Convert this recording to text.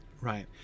right